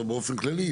אבל באופן כללי,